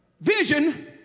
vision